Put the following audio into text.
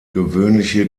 gewöhnliche